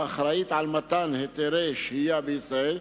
האחראית על מתן היתרי שהייה בישראל,